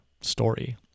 story